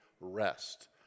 rest